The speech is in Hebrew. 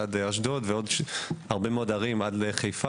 אשדוד ועוד הרבה מאוד ערים עד לחיפה.